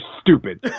stupid